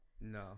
No